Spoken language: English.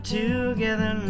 together